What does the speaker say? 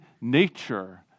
nature